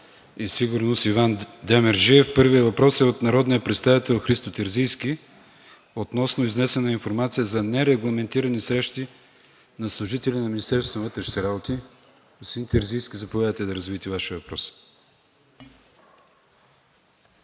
и сигурност Иван Демерджиев. Първият въпрос е от народния представител Христо Терзийски относно изнесена информация за нерегламентирани срещи на служители на Министерството на вътрешните работи. Господин Терзийски, заповядайте да развиете Вашия въпрос.